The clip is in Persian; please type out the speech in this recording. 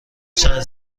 چند